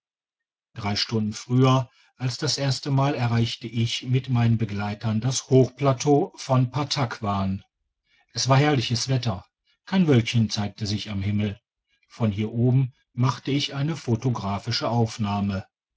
drei stunden früher als das erste mal erreichte ich mit meinen begleitern das hochplateau von pattakwan es war herrliches wetter kein wölkchen zeigte sich am himmel von hier oben machte ich eine photographische aufnahme